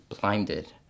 blinded